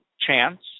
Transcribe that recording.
chance